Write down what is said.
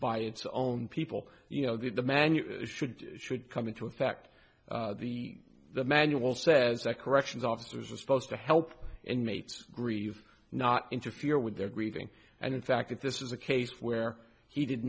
by its own people you know that the man you should should come into effect the the manual says that corrections officers are supposed to help and mates grieve not interfere with their grieving and in fact that this is a case where he did